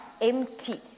empty